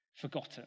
Forgotten